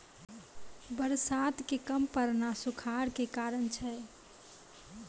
बरसात के कम पड़ना सूखाड़ के कारण छै